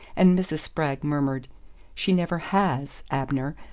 and mrs. spragg murmured she never has, abner,